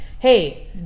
Hey